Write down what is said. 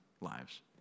lives